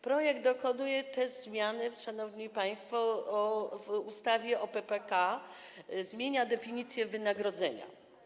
Projekt dokonuje też zmiany, szanowni państwo, w ustawie o PPK, tj. zmienia definicję wynagrodzenia.